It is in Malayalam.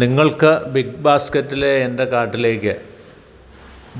നിങ്ങൾക്ക് ബിഗ് ബാസ്ക്കറ്റിലെ എൻ്റെ കാർട്ടിലേക്ക്